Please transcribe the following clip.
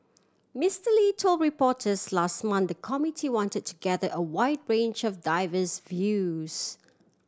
Mister Lee told reporters last month the committee wanted to gather a wide range of diverse views